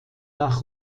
nach